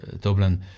Dublin